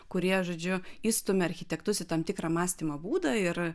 kurie žodžiu išstumia architektus į tam tikrą mąstymo būdą ir